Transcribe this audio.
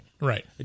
right